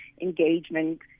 engagement